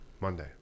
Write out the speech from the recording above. Monday